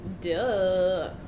Duh